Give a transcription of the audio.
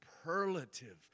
superlative